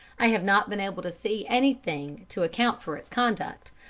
i have not been able to see anything to account for its conduct,